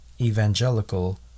evangelical